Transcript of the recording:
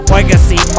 Legacy